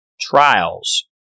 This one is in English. trials